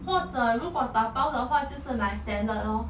或者如果打包的话就是买:huo ru guo da bao de hua jiu shi mai salad lor